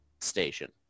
station